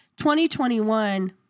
2021